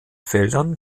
feldern